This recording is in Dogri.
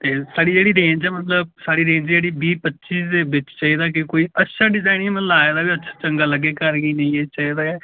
ते साढ़ी जेह्ड़ी रेंज ऐ मतलब साढ़ी रेंज जेह्ड़ी बी पच्ची दे बिच चाहिदा कि कोई अच्छा डिजाइन इयां मतलब लाए दा बी चंगा लग्गे घर कि नेईं एह् चाहिदा ऐ